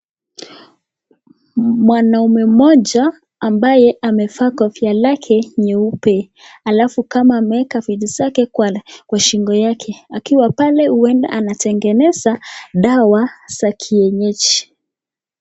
Mwanaume moja ambaye amevaa kofia yake nyeupe, alafu pale ameweka vitu kwa shingo yake akiwa pale huenda anatengenesa dawa za kienyeji.